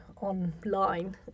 online